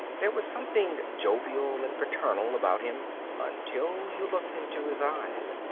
there was something jovial and paternal about him until you looked into his eyes.